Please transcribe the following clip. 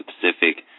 Pacific